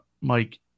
Mike